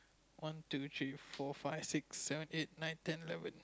one two three four five six seven eight nine ten eleven